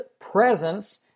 presence